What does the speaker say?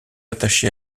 attaché